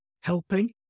helping